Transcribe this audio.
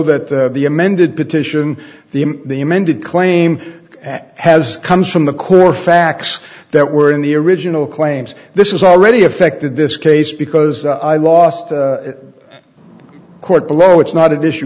that the amended petition the the amended claim has comes from the core facts that were in the original claims this is already affected this case because i lost the court below it's not issue